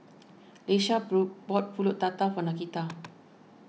Leisha blue bought Pulut Tatal for Nakita